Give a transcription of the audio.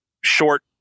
short